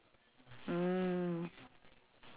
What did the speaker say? oh so far